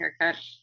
haircut